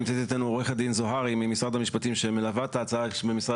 נמצאת איתנו עורכת הדין זוהרי ממשרד המשפטים שלמיטב הבנתי